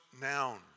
noun